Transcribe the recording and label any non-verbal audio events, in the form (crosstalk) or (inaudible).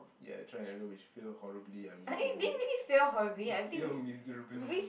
ya trial and error which fail horrible ah miserably (noise) it fail miserably